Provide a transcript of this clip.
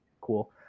cool